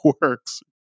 works